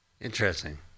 Interesting